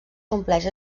compleix